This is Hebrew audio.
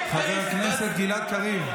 חבר הכנסת גלעד קריב,